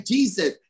Jesus